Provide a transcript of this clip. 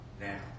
now